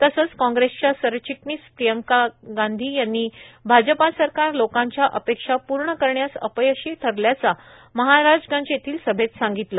तसंच कांग्रेसच्या सरचिटणीस प्रियंका गांधी यांनी भाजपा सरकार लोकांच्या अपेक्षा पूर्ण करण्यास अपयशी ठरल्याचा महाराजगंज येथील सभेत सांगितलं